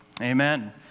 Amen